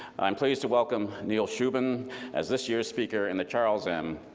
i'm pleased to welcome neil shubin as this year's speaker and the charles m.